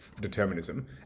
determinism